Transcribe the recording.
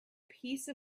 piece